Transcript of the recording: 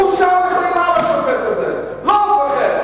הוא עצר אותן על ביזיון בית-המשפט, לא על גזענות.